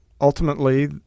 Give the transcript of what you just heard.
ultimately